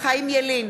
חיים ילין,